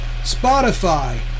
Spotify